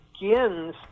begins